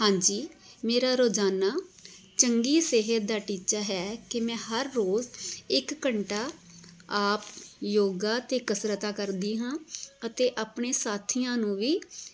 ਹਾਂਜੀ ਮੇਰਾ ਰੋਜ਼ਾਨਾ ਚੰਗੀ ਸਿਹਤ ਦਾ ਟੀਚਾ ਹੈ ਕਿ ਮੈਂ ਹਰ ਰੋਜ਼ ਇੱਕ ਘੰਟਾ ਆਪ ਯੋਗਾ ਅਤੇ ਕਸਰਤਾਂ ਕਰਦੀ ਹਾਂ ਅਤੇ ਆਪਣੇ ਸਾਥੀਆਂ ਨੂੰ ਵੀ